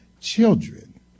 children